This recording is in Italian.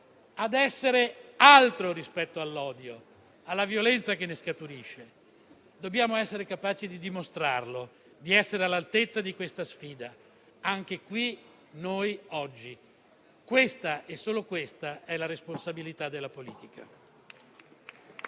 ad essere altro rispetto all'odio e alla violenza che ne scaturisce. Dobbiamo essere capaci di dimostrarlo e all'altezza di questa sfida, anche qui, noi, oggi. Questa e solo questa è la responsabilità della politica.